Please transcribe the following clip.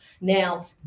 Now